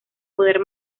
poder